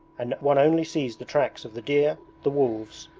and one only sees the tracks of the deer, the wolves,